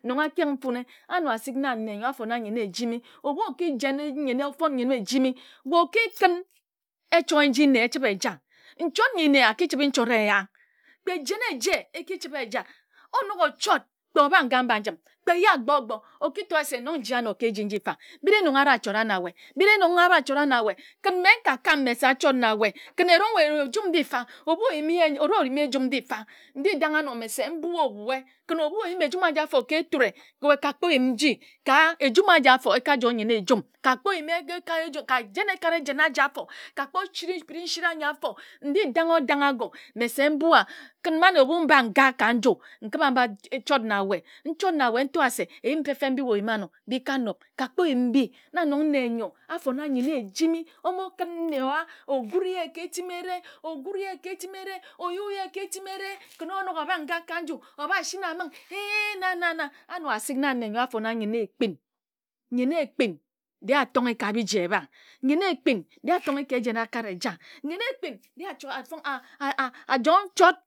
Nong a kek nfune ano asik nne nyo a fona nnyen ejim. Obhu o ki jen nye o fon nnyen ejimi. o ki kən echoe nji nne e echəbhe eja, nchot nyi nne chəbhe nchot eya kpe jen eje e ki chəbhe eja o nok o chot, kpe ye a bha nga mba njim ye a gbo o gbo o ki to ye se nong n ji ano ka eji nfa biri nong a ri achora nna we biri nong a ri chora na we kən mane obhu mba nga ka nju n kəbha m ba chot na we n chot na we n to se eyim fep mbi we o yimi ano bi ka nob ka kpo yim mbi. Na nong nyo a fona nnyen ejimi o mo kən nne o wa o gure ye ka etimere o gure ye ka etimere, o gure ye ka etimere o yue ye ka etimere kən o nok o bhak ka nju o bha shini aməng ee nna nna. Ano asik na nne nyo a fona nnyen ekpin. Nnyen ekpin dee a toonghe ka biji ebha nnyen ekpin dee a tonghe ka ejen eja. Nnyen ekpin dee a joe nkat